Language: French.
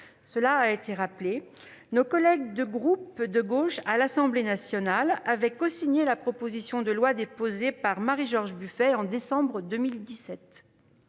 n'est pas nouvelle. Nos collègues des groupes de gauche à l'Assemblée nationale avaient cosigné la proposition de loi déposée par Marie-George Buffet en décembre 2017.